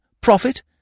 profit